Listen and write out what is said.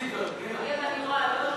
התשע"ה 2014,